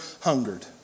hungered